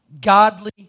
godly